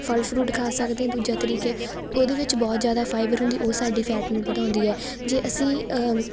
ਫ਼ਲ ਫਰੂਟ ਖਾ ਸਕਦੇ ਹਾਂ ਦੂਜਾ ਤਰੀਕਾ ਉਹਦੇ ਵਿੱਚ ਬਹੁਤ ਜ਼ਿਆਦਾ ਫਾਈਵਰ ਹੁੰਦੀ ਉਹ ਸਾਡੀ ਫੈਟ ਨੂੰ ਵਧਾਉਂਦੀ ਹੈ ਜੇ ਅਸੀਂ